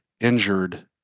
injured